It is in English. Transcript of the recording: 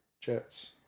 Jets